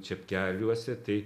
čepkeliuose tai